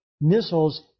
missiles